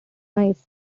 ice